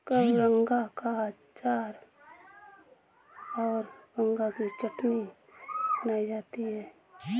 कबरंगा का अचार और गंगा की चटनी बनाई जाती है